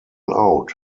out